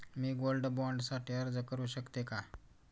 मी gold bond साठी अर्ज करु शकते का?